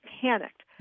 panicked